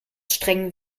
streng